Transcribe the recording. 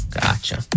gotcha